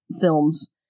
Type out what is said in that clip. films